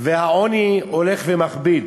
והעוני הולך ומכביד.